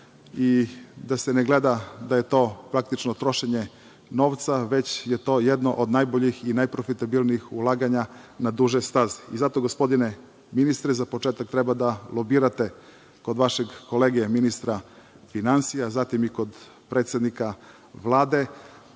i da se ne gleda da je to praktično trošenje novca, već je to jedno od najboljih i najprofitabilnijih ulaganja na duže staze. Zato gospodine ministre, za početak treba da lobirate kod vašeg kolege ministra finansija, zatim i kod predsednika Vlade,